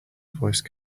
voice